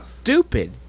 stupid